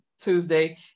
Tuesday